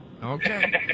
Okay